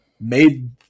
made